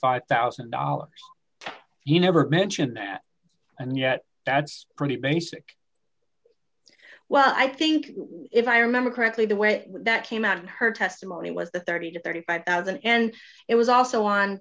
five thousand dollars you never mentioned that and yet that's pretty basic well i think if i remember correctly the way that came out of her testimony was the thirty to thirty five thousand and it was also on